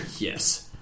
Yes